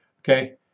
Okay